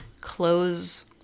close